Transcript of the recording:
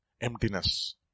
Emptiness